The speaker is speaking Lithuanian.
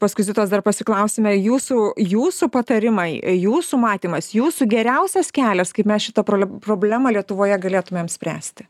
paskui zitos dar pasiklausime jūsų jūsų patarimai jūsų matymas jūsų geriausias kelias kaip mes šitą pro problemą lietuvoje galėtumėm spręsti